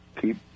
keep